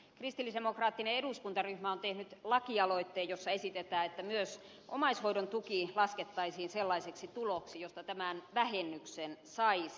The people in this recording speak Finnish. kristillisdemokraattinen eduskuntaryhmä on tehnyt lakialoitteen jossa esitetään että myös omaishoidon tuki laskettaisiin sellaiseksi tuloksi josta tämän vähennyksen saisi